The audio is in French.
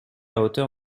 hauteur